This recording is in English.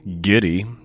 giddy